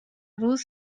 روز